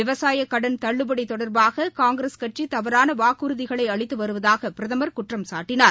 விவசாயக் கடன் தள்ளுபடி தொடர்பாக காங்கிரஸ் கட்சி தவறான வாக்குறுதிகளை அளித்து வருவதாக பிரதமர் குற்றம்சாட்டினார்